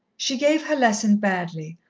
she gave her lesson badly,